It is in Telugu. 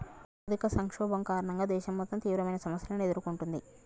ఆర్థిక సంక్షోభం కారణంగా దేశం మొత్తం తీవ్రమైన సమస్యలను ఎదుర్కొంటుంది